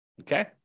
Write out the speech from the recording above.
okay